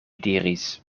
diris